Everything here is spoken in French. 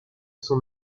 son